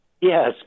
Yes